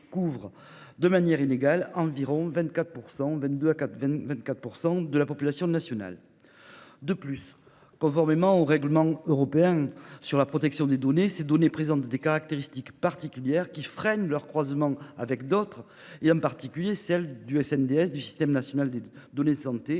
couvrent, de manière inégale, entre 22 % et 24 % de la population nationale. De plus, conformément au règlement général sur la protection des données (RGPD), ces données présentent des caractéristiques particulières qui freinent leur croisement avec d'autres, en particulier celles du SNDS ou celles des certificats